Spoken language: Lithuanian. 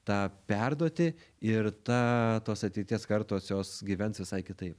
tą perduoti ir ta tos ateities kartos jos gyvens visai kitaip